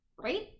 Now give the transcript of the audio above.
Right